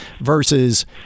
versus